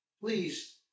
please